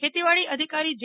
ખેતીવાડી અધિકારી જે